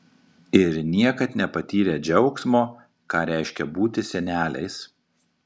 ir niekad nepatyrę džiaugsmo ką reiškia būti seneliais